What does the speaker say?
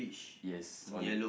yes on the